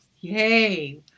Yay